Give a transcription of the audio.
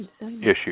issue